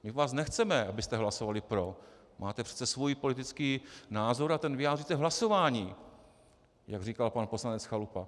My po vás nechceme, abyste hlasovali pro, máte přece svůj politický názor a ten vyjádříte hlasováním, jak říkal pan poslanec Chalupa.